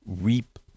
reap